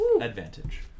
advantage